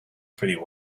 pretty